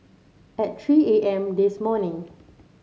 at three A M this morning